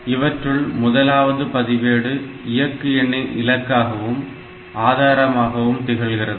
இவற்றுள் முதலாவது பதிவேடு இயக்கு எண்ணின் இலக்காகவும் ஆதாரமாகவும் திகழ்கிறது